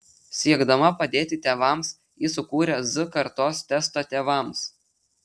siekdama padėti tėvams ji sukūrė z kartos testą tėvams